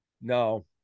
No